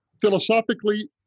philosophically